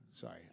sorry